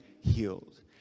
healed